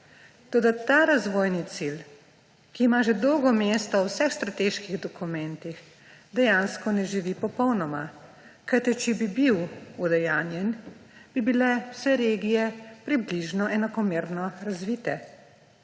Toda ta razvojni cilj, ki ima že dolgo mesto v vseh strateških dokumentih, dejansko ne živi popolnoma, kajti če bi bil udejanjen, bi bile vse regije približno enakomerno razvite.